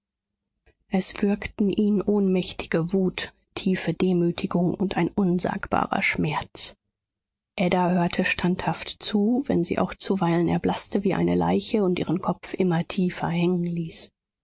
es würgten ihn ohnmächtige wut tiefe demütigung und ein unsagbarer schmerz ada hörte standhaft zu wenn sie auch zuweilen erblaßte wie eine leiche und ihren kopf immer tiefer hängen ließ